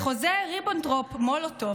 בחוזה ריבנטרופ-מולוטוב,